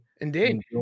Indeed